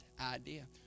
idea